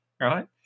right